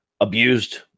abused